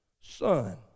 son